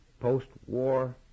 post-war